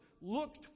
looked